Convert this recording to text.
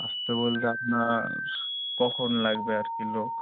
আসতে বলতে আপনার কখন লাগবে আর কি লোক